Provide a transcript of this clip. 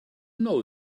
know